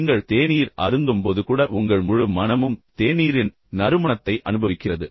நீங்கள் தேநீர் அருந்தும்போது கூட உங்கள் முழு மனமும் அதன் நறுமணத்தை தேநீரின் நறுமணத்தை அனுபவிக்கிறது